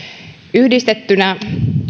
yhdistettynä